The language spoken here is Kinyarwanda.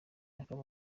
akaba